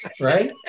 right